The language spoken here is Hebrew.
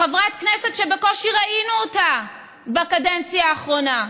חברת כנסת שבקושי ראינו אותה בקדנציה האחרונה,